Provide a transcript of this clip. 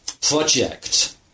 project